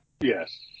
Yes